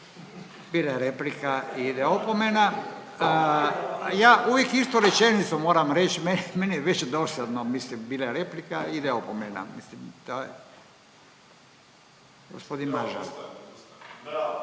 Bila je replika i ide opomena. Ja uvijek istu rečenicu moram reći, meni je već dosadno mislim bila je replika, ide opomena. Gospodin Mažar.